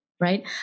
right